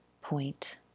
point